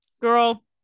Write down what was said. Girl